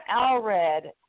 Alred